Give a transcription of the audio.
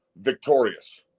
victorious